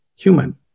Human